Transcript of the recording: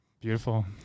Beautiful